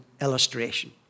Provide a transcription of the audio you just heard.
illustration